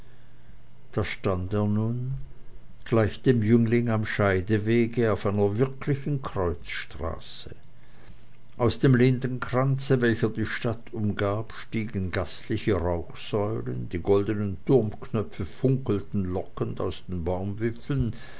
da stand er nun gleich dem jüngling am scheidewege auf einer wirklichen kreuzstraße aus dem lindenkranze welcher die stadt umgab stiegen gastliche rauchsäulen die goldenen turmknöpfe funkelten lockend aus den baumwipfeln